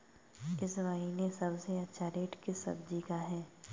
इस महीने सबसे अच्छा रेट किस सब्जी का है?